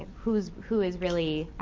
who is who is really